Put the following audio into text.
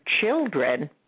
children